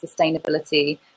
sustainability